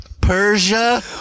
Persia